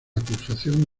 acusación